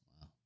Wow